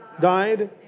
died